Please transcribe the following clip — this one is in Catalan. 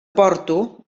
porto